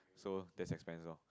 so that's expenses lor